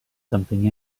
something